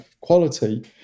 quality